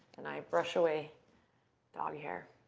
and i brush away dog hair.